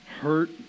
hurt